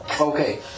Okay